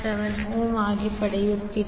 467 ohm ಆಗಿ ಪಡೆಯುತ್ತೀರಿ